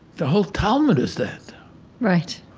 the whole talmud is that right,